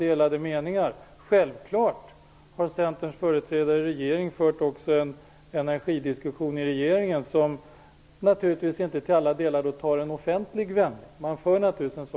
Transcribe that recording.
Men självfallet har Centerns företrädare i regeringen fört en energidiskussion, även om det naturligtvis inte i alla delar har blivit offentligt.